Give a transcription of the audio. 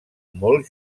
molt